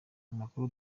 amakuru